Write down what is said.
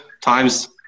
times